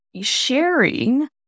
sharing